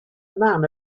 man